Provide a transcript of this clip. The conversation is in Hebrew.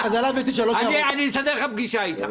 אני אסדר לך פגישה איתה.